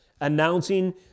announcing